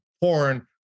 porn